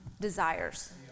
desires